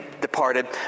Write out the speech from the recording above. departed